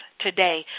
today